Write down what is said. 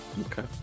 Okay